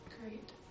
Great